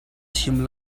chim